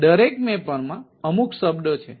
તેથી દરેક મેપરમાં અમુક શબ્દો છે